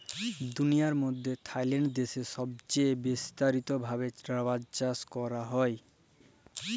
দুলিয়ার মইধ্যে থাইল্যান্ড দ্যাশে ছবচাঁয়ে বিস্তারিত ভাবে রাবার চাষ ক্যরা হ্যয়